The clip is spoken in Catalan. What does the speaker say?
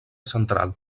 central